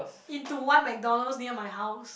into one McDonald's near my house